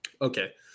okay